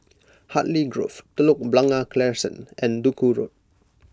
Hartley Grove Telok Blangah Crescent and Duku Road